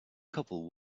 couple